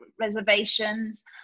reservations